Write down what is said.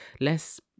less